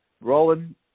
Roland